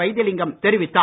வைத்திலிங்கம் தெரிவித்தார்